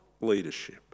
leadership